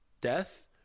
death